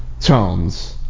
tones